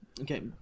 Okay